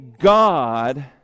God